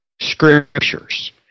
scriptures